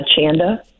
Chanda